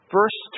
Verse